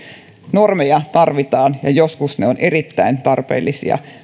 normeja tarvitaan ja joskus ne ovat erittäin tarpeellisia